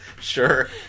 Sure